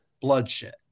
bloodshed